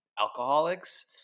alcoholics